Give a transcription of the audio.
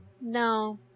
No